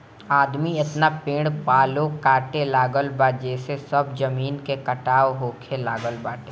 आदमी एतना पेड़ पालो काटे लागल बा जेसे सब जमीन के कटाव होखे लागल बाटे